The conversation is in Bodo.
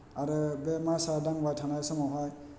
आरो बे माइसा दांबाय थानाय समावहाय